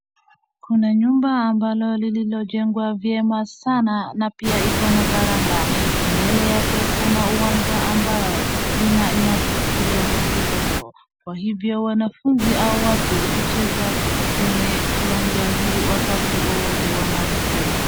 Kuna nyumba ambalo lililojengwa vyema sana na pia iko na verandah. Mbele yake kuna uwanja ambayo lina nyasi kidogo kidogo. Kwa hivyo wanafunzi au watu hucheza kwenye kiwanja hii wakati wowowte wanahitaji.